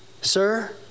sir